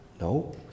No